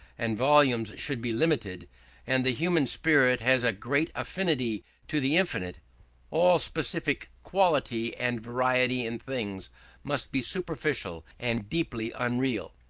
and volumes should be limited and the human spirit has a great affinity to the infinite all specific quality and variety in things must be superficial and deeply unreal.